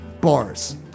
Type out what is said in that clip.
Bars